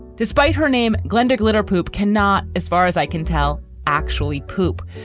despite her name, glenda glitter, poop cannot, as far as i can tell, actually poop,